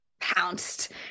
pounced